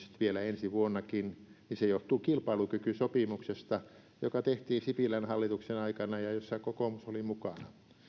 vielä ensi vuonnakin se johtuu kilpailukykysopimuksesta joka tehtiin sipilän hallituksen aikana ja jossa kokoomus oli